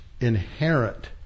inherent